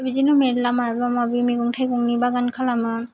बिदिनो मेरला माबा माबि मैगं थाइगंनि बागान खालामो